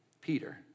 Peter